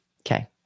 Okay